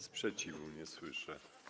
Sprzeciwu nie słyszę.